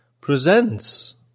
presents